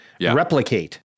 replicate